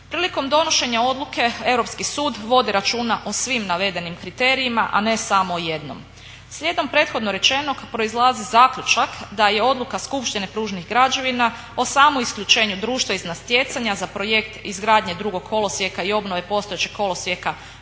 Prilikom donošenja odluke Europski sud vodi računa o svim navedenim kriterijima, a ne samo o jednom. Slijedom prethodno rečenog proizlazi zaključak da je odluka skupštine pružnih građevina o samoisključenju društva iz natjecanja za projekt izgradnje drugog kolosijeka i obnove postojećeg kolosijeka